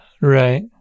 Right